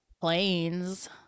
Planes